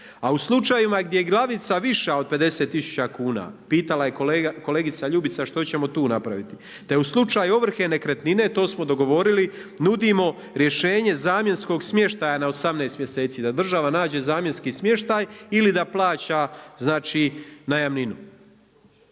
a u slučajevima gdje je glavnica viša od 50000 kuna pitala je kolegica Ljubica što ćemo tu napraviti, te je u slučaju ovrhe nekretnine to smo dogovorili nudimo rješenje zamjenskog smještaja na 18 mjeseci, da država nađe zamjenski smještaj ili da plaća, znači najamninu.